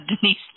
Denise